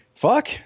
fuck